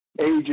ages